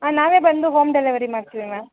ಹಾಂ ನಾವೇ ಬಂದು ಹೋಮ್ ಡೆಲಿವರಿ ಮಾಡ್ತೀವಿ ಮ್ಯಾಮ್